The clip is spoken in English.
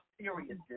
serious